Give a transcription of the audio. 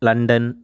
London